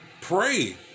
pray